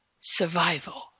survival